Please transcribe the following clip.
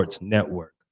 Network